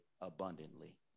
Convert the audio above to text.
abundantly